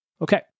Okay